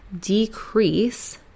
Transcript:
decrease